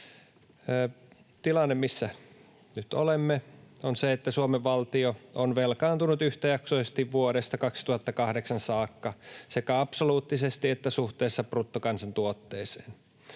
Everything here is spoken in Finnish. Tilanne, missä nyt olemme, on se, että Suomen valtio on velkaantunut yhtäjaksoisesti vuodesta 2008 saakka sekä absoluuttisesti että suhteessa bruttokansantuotteeseen.